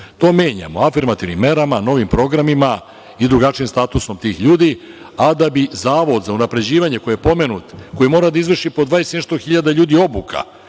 to menjamo afirmativnim merama, novim programima i drugačijim statusom tih ljudi. Da bi Zavod za unapređivanje koji je pomenut, koji mora da izvrši po 20 i nešto